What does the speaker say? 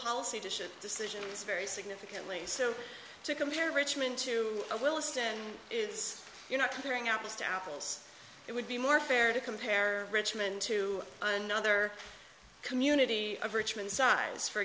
policy to ship decisions very significantly so to compare richmond to a wilson is you know comparing apples to apples it would be more fair to compare richmond to another community of richmond size for